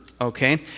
Okay